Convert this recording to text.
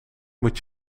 moet